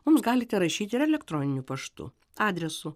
mums galite rašyti ir elektroniniu paštu adresu